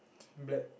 black